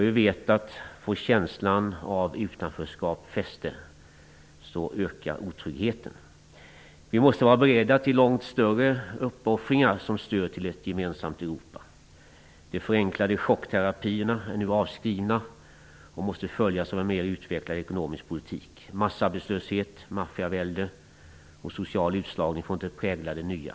Vi vet ju att om känslan av utanförskap får fäste så ökar otryggheten. Vi måste vara beredda på långt större uppoffringar som stöd till ett gemensamt Europa. De förenklade chockterapierna är nu avskrivna och måste följas av en mer utvecklad ekonomisk politik. Massarbetslöshet, maffiavälde och social utslagning får inte prägla det nya.